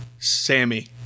Sammy